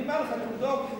אני אומר לך, תבדוק.